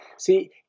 See